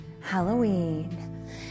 halloween